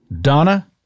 Donna